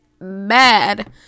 bad